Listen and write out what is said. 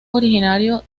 originario